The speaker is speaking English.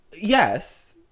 Yes